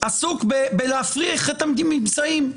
עסוק בהפרכת הממצאים.